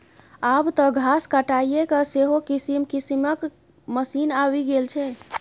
आब तँ घास काटयके सेहो किसिम किसिमक मशीन आबि गेल छै